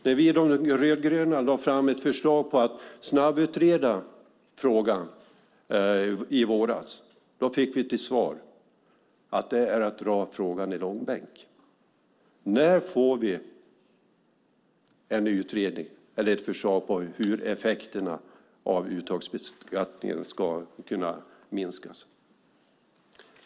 När vi rödgröna i våras lade fram ett förslag om att snabbutreda frågan fick vi till svar att det är att dra frågan i långbänk. När får vi en utredning eller ett förslag om hur effekterna av uttagsbeskattningen ska kunna minskas?